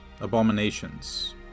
abominations